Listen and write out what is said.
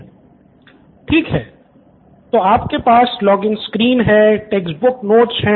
professor ठीक है तो आपके पास लॉगिन स्क्रीन हैटेक्स्ट बुक्स नोट्स हैं